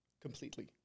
completely